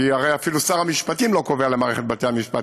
כי הרי אפילו שר המשפטים לא קובע למערכת בתי המשפט,